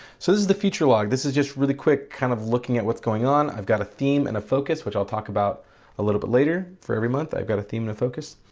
so this is the future log this is just really quick kind of looking at what's going on. on. i've got a theme and a focus, which i'll talk about a little bit later. for every month i've got a theme and a focus.